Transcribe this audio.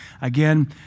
Again